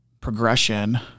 progression